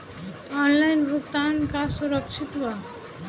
Online भुगतान का सुरक्षित बा?